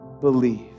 believe